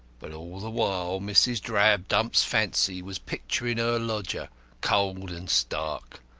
but all the while mrs. drabdump's fancy was picturing her lodger cold and stark,